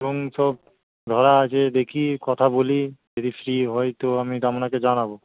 room সব ধরা আছে দেখি কথা বলি যদি ফ্রি হই তো আমি আপনাকে জানাবো